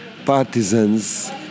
Partisans